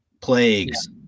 plagues